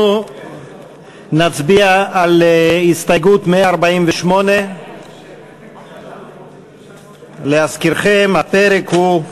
אנחנו נצביע על הסתייגות 148. להזכירכם, הפרק הוא: